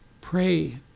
pray